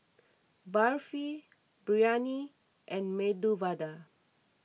Barfi Biryani and Medu Vada